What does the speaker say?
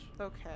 Okay